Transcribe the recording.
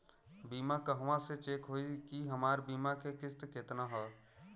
बीमा कहवा से चेक होयी की हमार बीमा के किस्त केतना ह?